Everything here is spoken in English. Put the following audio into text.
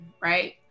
right